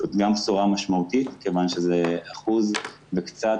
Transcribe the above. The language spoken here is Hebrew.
זאת גם בשורה משמעותית מכיוון שזה אחוז וקצת,